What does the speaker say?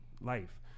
life